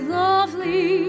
lovely